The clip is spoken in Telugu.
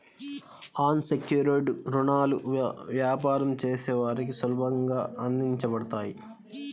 అన్ సెక్యుర్డ్ రుణాలు వ్యాపారం చేసే వారికి సులభంగా అందించబడతాయి